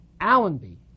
Allenby